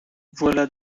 voilà